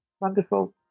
Wonderful